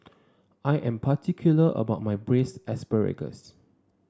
I am particular about my Braised Asparagus